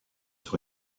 sur